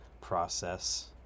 process